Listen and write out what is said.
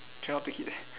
cannot take it